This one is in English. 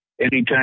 Anytime